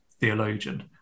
theologian